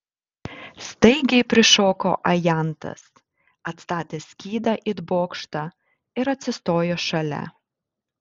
staigiai prišoko ajantas atstatęs skydą it bokštą ir atsistojo šalia